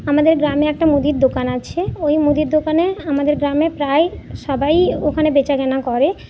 আমাদের গ্রামে একটা মুদির দোকান আছে ওই মুদির দোকানে আমাদের গ্রামে প্রায় সবাই ওখানে বেচা কেনা করে